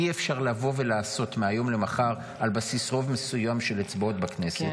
אי-אפשר לבוא ולעשות מהיום למחר על בסיס רוב מסוים של אצבעות בכנסת.